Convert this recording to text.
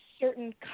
certain